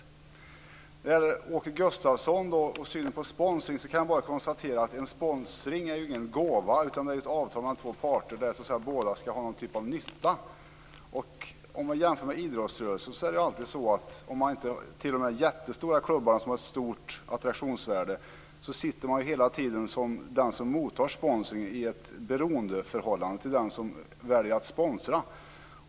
När det gäller Åke Gustavsson och synen på sponsring kan jag bara konstatera att sponsring inte är någon gåva utan ett avtal mellan två parter där båda skall ha någon typ av nytta. Man kan jämföra med idrottsrörelsen, t.o.m. de jättestora klubbarna, som har ett stort attraktionsvärde. Där sitter hela tiden den som mottar sponsringen i ett beroendeförhållande till den som väljer att sponsra.